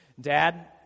Dad